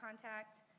contact